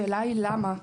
השאלה היא למה.